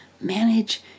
manage